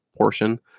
portion